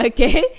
Okay